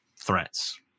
threats